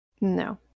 No